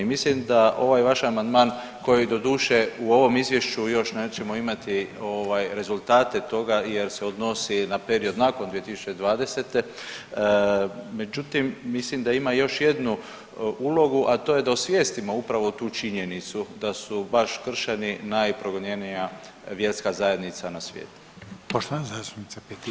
Mislim da ovaj vaš amandman koji doduše u ovom izvješću još nećemo imati ovaj rezultate toga jer se odnosi na period nakon 2020., međutim mislim da ima još jednu ulogu, a to je osvijestimo upravo tu činjenicu da su baš kršćani najprogonjenija vjerska zajednica na svijetu.